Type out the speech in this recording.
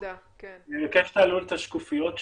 אני מבקש שתעלו את השקופיות.